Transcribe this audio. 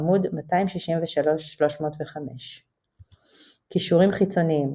עמ' 263–305. קישורים חיצוניים